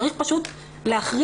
צריך פשוט להכריע.